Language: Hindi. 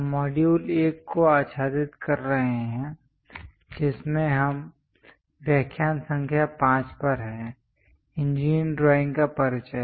हम मॉड्यूल 1 को आच्छादित कर रहे हैं जिसमें हम व्याख्यान संख्या 5 पर हैं इंजीनियरिंग ड्राइंग का परिचय